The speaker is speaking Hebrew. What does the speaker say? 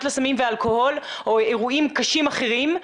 לסמים ואלכוהול או אירועים קשים אחרים.